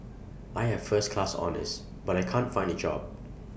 I have first class honours but I can't find A job